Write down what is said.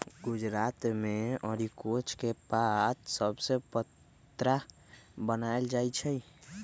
गुजरात मे अरिकोच के पात सभसे पत्रा बनाएल जाइ छइ